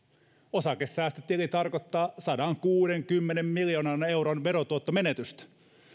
osakesäästötili tarkoittaa sadankuudenkymmenen miljoonan euron verotuottomenetystä